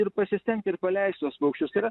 ir pasistengt ir paleist tuos paukščius tai yra